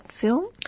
film